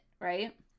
Right